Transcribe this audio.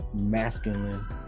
masculine